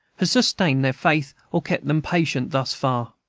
has sustained their faith, or kept them patient, thus far.